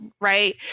right